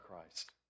christ